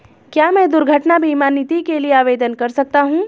क्या मैं दुर्घटना बीमा नीति के लिए आवेदन कर सकता हूँ?